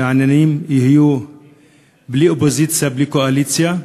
שהעניינים יהיו בלי אופוזיציה ובלי קואליציה.